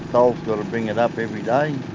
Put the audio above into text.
so gotta bring it up every day